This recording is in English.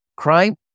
Crime